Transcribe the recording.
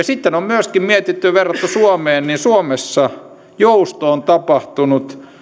sitten on myöskin mietitty ja verrattu suomeen ja suomessa jousto on tapahtunut